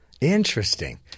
Interesting